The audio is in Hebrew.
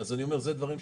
אז אלה דברים שהוועדה,